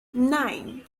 nine